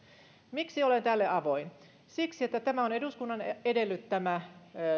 miksi olen tälle avoin siksi että tämä on eduskunnan edellyttämä